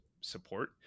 support